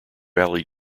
valley